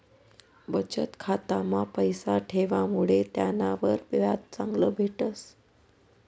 बचत खाता मा पैसा ठेवामुडे त्यानावर व्याज चांगलं भेटस